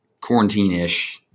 quarantine-ish –